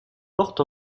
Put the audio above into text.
porte